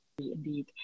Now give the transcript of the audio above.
indeed